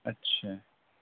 اچھا